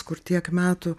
kur tiek metų